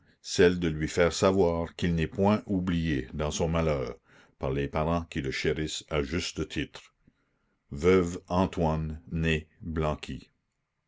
celle de lui faire savoir qu'il n'est point oublié dans son malheur par les parents qui le chérissent à juste titre veuve antoine née